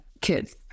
kids